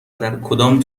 درکدام